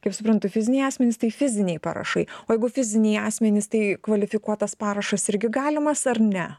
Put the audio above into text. kaip suprantu fiziniai asmenys tai fiziniai parašai o jeigu fiziniai asmenys tai kvalifikuotas parašas irgi galimas ar ne